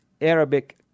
Arabic